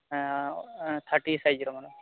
thirty ସାଇଜ୍ର madam